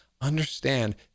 understand